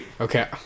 Okay